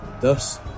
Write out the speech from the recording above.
Thus